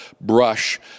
brush